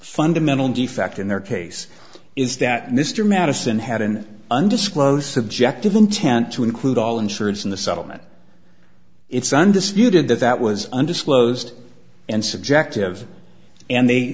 fundamental defect in their case is that mr madison had an undisclosed subjective intent to include all insurance in the settlement it's undisputed that that was undisclosed and subjective and they